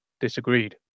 disagreed